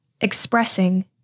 expressing